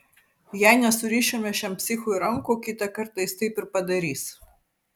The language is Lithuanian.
jei nesurišime šiam psichui rankų kitą kartą jis taip ir padarys